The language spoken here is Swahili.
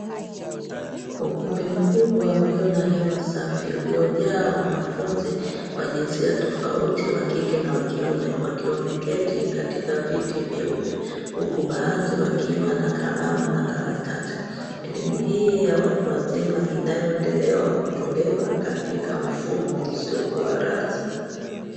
Ukumbi mkubwa ulio na hewa safi ulio jaa wanafunzi wa jinsia tofauti wakike na wakiume wakiwa wameketi katika viti vyeupe, huku baadhi wakiwa na karamu na karatasi elimu hii ya watu wazima inayo endelea kutokewa katika mfumo usio kuwa rasmi.